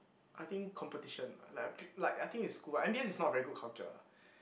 I think competition like a bit like I think in school right m_b_s is not very good culture